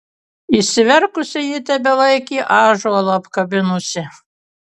išsiverkusi ji tebelaikė ąžuolą apkabinusi